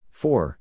four